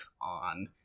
on